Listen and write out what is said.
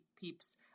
peeps